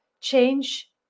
change